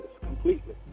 completely